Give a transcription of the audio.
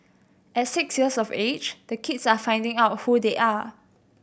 at six years of age the kids are finding out who they are